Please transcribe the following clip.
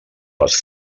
les